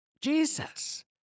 Jesus